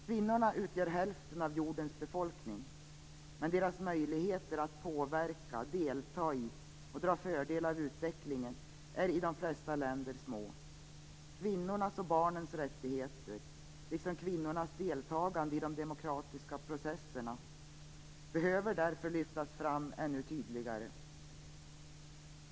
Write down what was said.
Kvinnorna utgör hälften av jordens befolkning, men deras möjligheter att påverka, delta i och dra fördel av utvecklingen är i de flesta länder små. Kvinnornas och barnens rättigheter liksom kvinnornas deltagande i de demokratiska processerna behöver därför lyftas fram ännu tydligare.